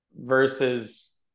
versus